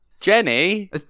Jenny